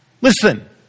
listen